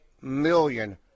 million